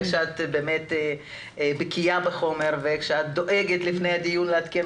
איך שאת בקיאה בחומר ואיך שאת דואגת לפני הדיון לעדכן